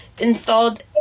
installed